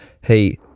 hey